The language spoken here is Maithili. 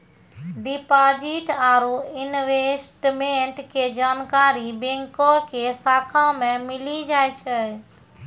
डिपॉजिट आरू इन्वेस्टमेंट के जानकारी बैंको के शाखा मे मिली जाय छै